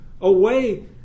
away